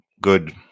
good